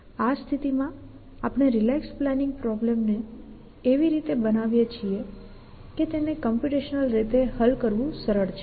આ સ્થિતિમાં આપણે રિલેક્સ પ્લાનિંગ પ્રોબ્લેમ ને એવી રીતે બનાવીએ છીએ કે તેને કોમ્પ્યુટેશનલ રીતે હલ કરવું સરળ છે